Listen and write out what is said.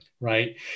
Right